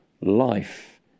life